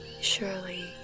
Surely